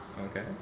Okay